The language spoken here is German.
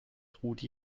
rudi